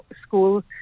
school